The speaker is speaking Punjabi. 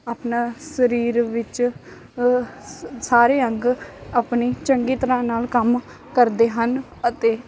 ਆਪਣਾ ਸਰੀਰ ਵਿੱਚ ਸਾ ਸਾਰੇ ਅੰਗ ਆਪਣੀ ਚੰਗੀ ਤਰ੍ਹਾਂ ਨਾਲ ਕੰਮ ਕਰਦੇ ਹਨ ਅਤੇ